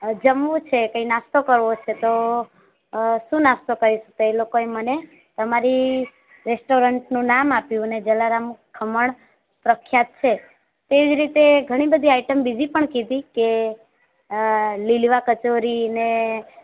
જમવું છે કઈ નાસ્તો કરવો છે તો શું નાસ્તો કરી શકાય એ લોકોએ મને તમારી રેસ્ટોરંટનું નામ આપ્યું અને જલારામ ખમણ પ્રખ્યાત છે તે જ રીતે ઘણી બધી આઈટમ બીજી પણ કીધી કે લીલવા કચોરી ને